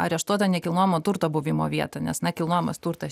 areštuotą nekilnojamo turto buvimo vietą nes na kilnojamas turtas